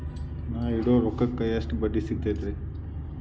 ನಾ ಇಡೋ ರೊಕ್ಕಕ್ ಎಷ್ಟ ಬಡ್ಡಿ ಸಿಕ್ತೈತ್ರಿ?